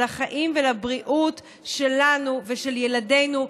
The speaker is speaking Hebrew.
לחיים ולבריאות שלנו ושל ילדינו.